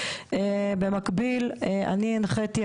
במקביל אני הנחיתי,